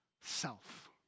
self